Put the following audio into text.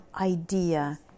idea